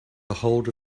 ahold